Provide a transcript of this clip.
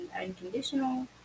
unconditional